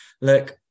look